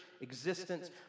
existence